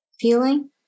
feeling